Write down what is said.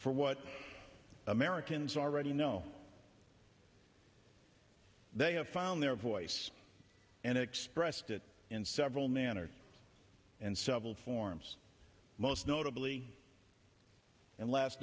for what americans already know they have found their voice and expressed it in several manner and several forums most notably and last